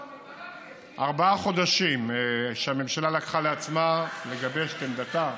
בארבעה חודשים הממשלה לקחה לעצמה לגבש את עמדתה